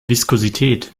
viskosität